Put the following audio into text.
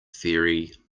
ferry